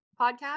podcast